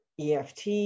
EFT